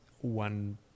one